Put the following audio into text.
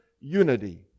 unity